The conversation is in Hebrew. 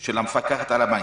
של המפקחת על הבנקים,